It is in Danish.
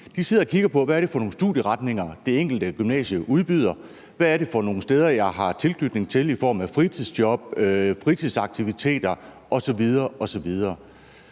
de sidder og kigger på, hvad det er for nogle studieretninger, det enkelte gymnasie udbyder, og hvad det er for nogle steder, de har tilknytning til i form af fritidsjob, fritidsaktiviteter osv. osv.